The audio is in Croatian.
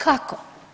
Kako.